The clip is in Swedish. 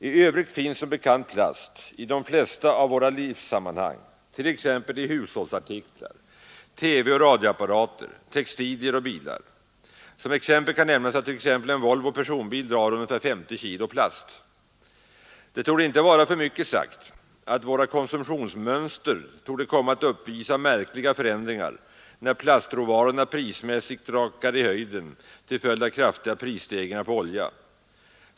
I övrigt finns som bekant plast i de flesta av våra livssammanhang, t.ex. i hushållsartiklar, TV och radioapparater, textilier och bilar. Som exempel kan nämnas att t.ex. en Volvo personbil drar ungefär 50 kg plast. Det torde icke vara för mycket sagt att vårt konsumtionsmönster torde komma att uppvisa märkliga förändringar när plastråvarorna prismässigt rusar i höjden till följd av kraftiga prisstegringar på olja.